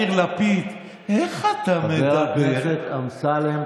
יאיר לפיד: "איך אתה מדבר?" חבר הכנסת אמסלם,